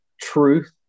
truth